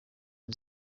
nzu